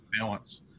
balance